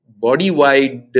body-wide